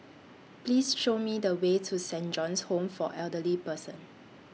Please Show Me The Way to Saint John's Home For Elderly Person